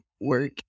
work